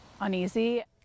uneasy